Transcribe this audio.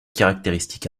caractéristique